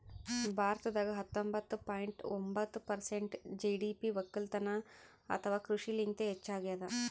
ಭಾರತದಾಗ್ ಹತ್ತೊಂಬತ್ತ ಪಾಯಿಂಟ್ ಒಂಬತ್ತ್ ಪರ್ಸೆಂಟ್ ಜಿ.ಡಿ.ಪಿ ವಕ್ಕಲತನ್ ಅಥವಾ ಕೃಷಿಲಿಂತೆ ಹೆಚ್ಚಾಗ್ಯಾದ